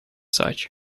such